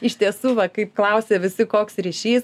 iš tiesų va kaip klausia visi koks ryšys